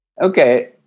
Okay